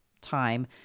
time